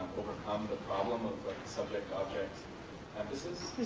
um the problem of subject-object emphasis.